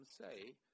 say